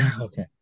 Okay